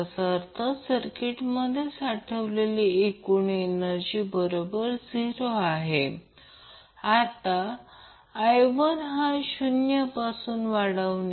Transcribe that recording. तर आता हा एक नुमरेटरआणि डीनोमिनेटर यांना आपण RL ने गुणाकार करू यांना RL j XL ने गुणाकार करू याचा अर्थ हे RL j XL RL XL गुणिले RL j XLअसेल म्हणजेच RL 2 j 2 XL 2